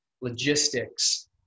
logistics